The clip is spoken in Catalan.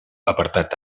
apartat